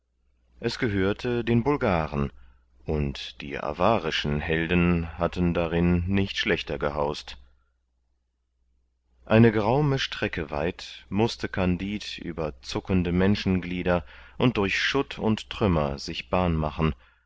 es gehörte den bulgaren und die avarischen helden hatten darin nicht schlechter gehaust eine geraume strecke weit mußte kandid über zuckende menschenglieder und durch schutt und trümmer sich bahn machen